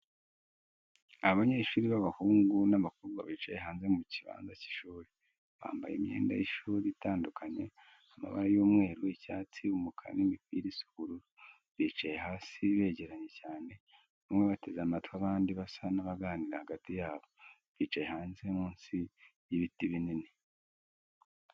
Abanyeshuri b'abahungu n’abakobwa bicaye hanze mu kibanza cy’ishuri. Bambaye imyenda y’ishuri itandukanye amabara y'umweru, icyatsi, umukara n'imipira isa ubururu. Bicaye hasi begeranye cyane, bamwe bateze amatwi, abandi basa n’abaganira hagati yabo, bicaye hanze munsi y’ibiti binini.